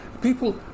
people